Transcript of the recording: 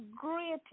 great